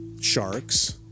Sharks